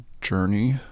journey